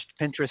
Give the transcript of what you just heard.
Pinterest